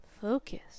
Focus